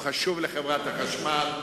הוא חשוב לחברת החשמל,